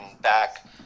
back